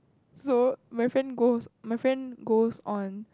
so my friend goes my friend goes on